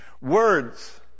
words